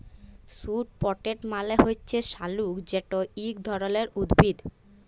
sweet potato মালে হছে শাঁকালু যেট ইক ধরলের উদ্ভিদ